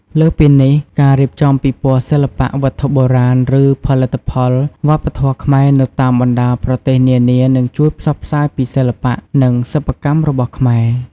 លើសពីនេះ ការរៀបចំពិព័រណ៍សិល្បៈ វត្ថុបុរាណ ឬផលិតផលវប្បធម៌ខ្មែរនៅតាមបណ្ដាប្រទេសនានា នឹងជួយផ្សព្វផ្សាយពីសិល្បៈ និងសិប្បកម្មរបស់ខ្មែរ។